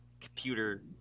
computer